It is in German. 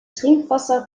trinkwasser